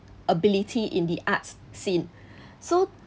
ability in the arts scene so